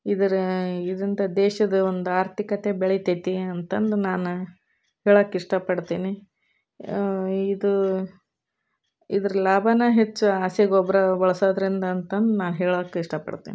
ಇದ್ರ ಇದರಿಂದ ದೇಶದ ಒಂದು ಆರ್ಥಿಕತೆ ಬೆಳೀತೈತಿ ಅಂತಂದು ನಾನು ಹೇಳಕ್ಕೆ ಇಷ್ಟಪಡ್ತೀನಿ ಇದು ಇದ್ರ ಲಾಭನ ಹೆಚ್ಚು ಹಸಿಗೊಬ್ಬರ ಬಳಸೋದರಿಂದ ಅಂತಂದು ನಾ ಹೇಳಕ್ಕ ಇಷ್ಟಪಡ್ತೀನಿ